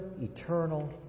eternal